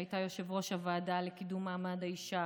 שהייתה יושב-ראש הוועדה לקידום מעמד האישה